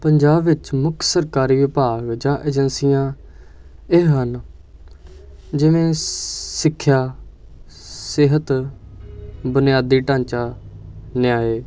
ਪੰਜਾਬ ਵਿੱਚ ਮੁੱਖ ਸਰਕਾਰੀ ਵਿਭਾਗ ਜਾਂ ਏਜੰਸੀਆਂ ਇਹ ਹਨ ਜਿਵੇਂ ਸਿੱਖਿਆ ਸਿਹਤ ਬੁਨਿਆਦੀ ਢਾਂਚਾ ਨਿਆਂ